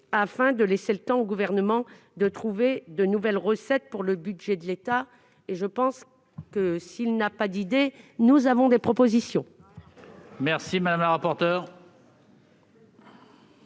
afin de laisser le temps au Gouvernement de trouver de nouvelles recettes pour le budget de l'État. Et s'il n'a pas d'idées, nous avons des propositions